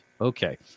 okay